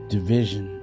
Division